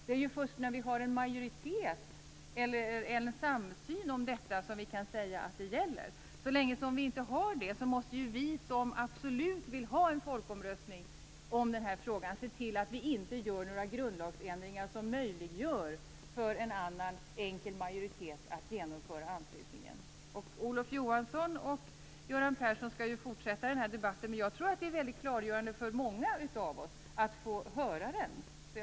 Det är först när vi har en samsyn om detta som vi kan säga att det gäller. Så länge vi inte har det måste vi som absolut vill har en folkomröstning om den här frågan se till att det inte görs några grundlagsändringar som möjliggör för en annan enkel majoritet att genomföra anslutningen. Olof Johansson och Göran Persson skall fortsätta den här debatten. Det vore väldigt klargörande för många av oss att få höra hur de ser på detta.